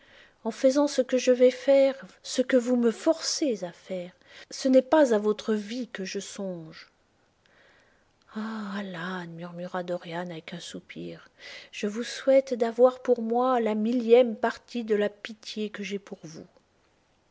en faisant ce que je vais faire ce que vous me forcez à faire ce n'est pas à votre vie que je songe ah alan murmura dorian avec un soupir je vous souhaite d'avoir pour moi la millième partie de la pitié que j ai pour vous